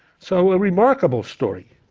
so, a remarkable story.